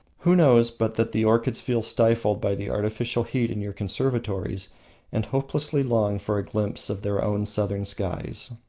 who knows but that the orchids feel stifled by the artificial heat in your conservatories and hopelessly long for a glimpse of their own southern skies?